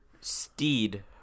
steed